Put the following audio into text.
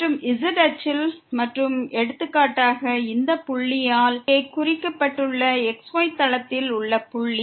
மற்றும் z அச்சில் மற்றும் எடுத்துக்காட்டாக இந்த புள்ளியால் இங்கே குறிப்பிடப்பட்டுள்ள xy தளத்தில் உள்ள புள்ளி